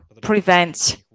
prevent